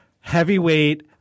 heavyweight